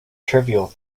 trivial